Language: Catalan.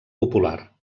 popular